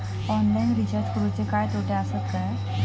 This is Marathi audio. ऑनलाइन रिचार्ज करुचे काय तोटे आसत काय?